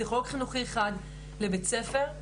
פסיכולוג חינוכי אחד לבית הספר,